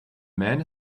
man